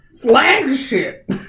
flagship